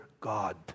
God